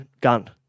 gun